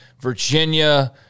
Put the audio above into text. Virginia –